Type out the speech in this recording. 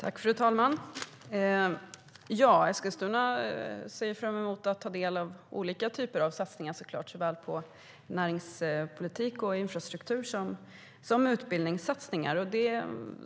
Fru talman! Eskilstuna ser fram emot att ta del av olika typer av satsningar, såväl på näringspolitik och infrastruktur som på utbildning.